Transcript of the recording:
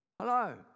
Hello